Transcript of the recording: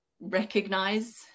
recognize